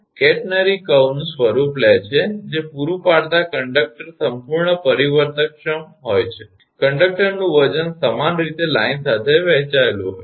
catenary curve નું સ્વરૂપ લે છે જે પૂરુ પાડતા કન્ડક્ટર સંપૂર્ણ પરિવર્તનક્ષમ હોય છે અને કંડકટરનું વજન સમાન રીતે લાઈન સાથે વહેંચાયેલું હોય છે